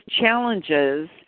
challenges